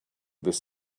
this